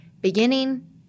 beginning